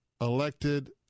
elected